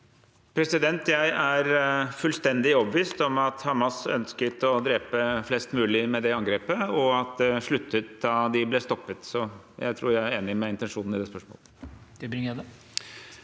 Jeg er fullstendig overbevist om at Hamas ønsket å drepe flest mulig med det angrepet, og at det sluttet da de ble stoppet. Så jeg tror jeg er enig i intensjonen i det spørsmålet.